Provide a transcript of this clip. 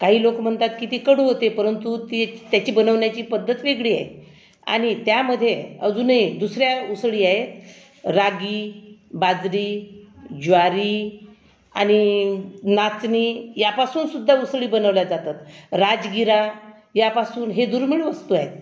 काही लोक म्हणतात की ती कडू होते परंतु ती त्याची बनवण्याची पद्धत वेगळी आहे आणि त्यामध्ये अजून एक दुसऱ्या उसळी आहेत रागी बाजरी ज्वारी आणि नाचणी ह्यापासून सुद्धा उसळी बनवल्या जातात राजगिरा ह्यापासून ही दुर्मिळ वस्तू आहेत